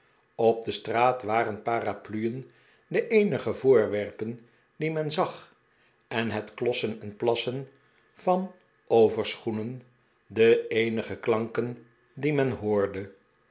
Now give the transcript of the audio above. op de straat waren parapluien de eenige voorwerpen die men zag en het klossen en plassen van overschoenen de eenige klanken die men hoorde